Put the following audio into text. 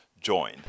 join